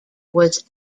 was